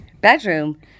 bedroom